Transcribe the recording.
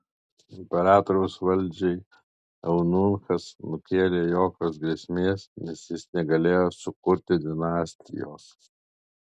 imperatoriaus valdžiai eunuchas nekėlė jokios grėsmės nes jis negalėjo sukurti dinastijos